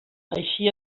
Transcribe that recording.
així